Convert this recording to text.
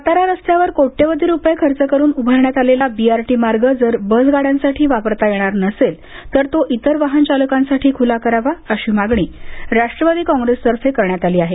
सातारा रस्त्यावर कोट्यवधी रुपये खर्च करून उभारण्यात आलेला बीआरटी मार्ग जर बस गाड्यांसाठी वापरता येणार नसेल तर तो इतर वाहनचालकांसाठी खुला करावा अशी मागणी राष्ट्रवादी काँग्रेसतर्फे करण्यात आली आहे